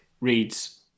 reads